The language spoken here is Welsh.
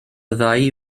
ddau